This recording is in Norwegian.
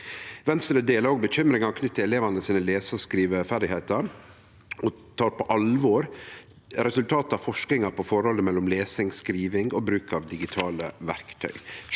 Venstre deler òg bekymringa knytt til elevane sine lese- og skriveferdigheiter og tek på alvor resultata av forskinga på forholdet mellom lesing, skriving og bruk av digitale verktøy.